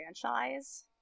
franchise